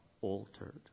altered